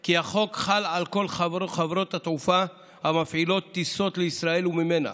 כי החוק חל על כל חברות התעופה המפעילות טיסות לישראל וממנה,